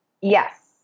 Yes